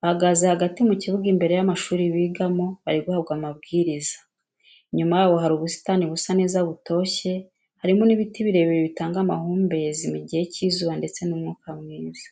bahagaze hagati mu kibuga imbere y'amashuri bigamo, bari guhabwa amabwiriza, inyuma yabo hari ubusitani busa neza butoshye, harimo n'ibiti birebire bitanga amahumbezi mu gihe cy'izuba ndetse n'umwuka mwiza.